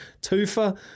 Tufa